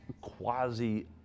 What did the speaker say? quasi